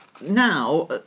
now